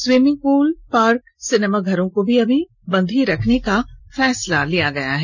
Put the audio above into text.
swimming pool park cinema घरों को अभी बंद ही रखने का फैसला लिया गया है